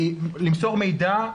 למסור מידע,